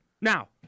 now